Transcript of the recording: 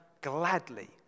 gladly